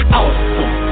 awesome